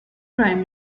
prime